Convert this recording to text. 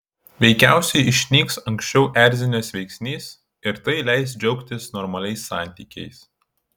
veikiausiai išnyks anksčiau erzinęs veiksnys ir tai leis džiaugtis normaliais santykiais